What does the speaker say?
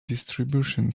distribution